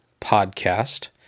Podcast